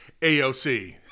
AOC